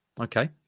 Okay